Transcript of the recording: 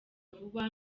vuba